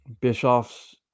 bischoff's